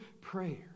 prayer